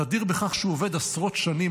נדיר בכך שהוא עובד עשרות שנים,